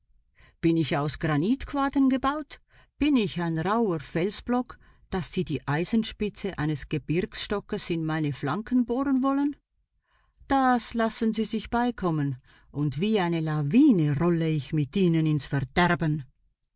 bin ich aus granitquadern gebaut bin ich ein rauher felsblock daß sie die eisenspitze eines gebirgsstockes in meine flanken bohren wollen das lassen sie sich beikommen und wie eine lawine rolle ich mit ihnen ins verderben